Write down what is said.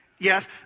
Yes